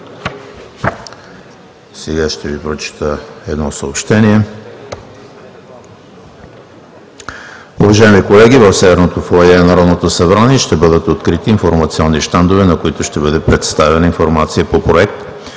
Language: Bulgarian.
Сега ще Ви прочета едно съобщение. Уважаеми колеги, в Северното фоайе на Народното събрание ще бъдат открити информационни щандове, на които ще бъде представена информация по проект